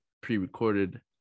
pre-recorded